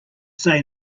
say